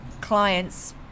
clients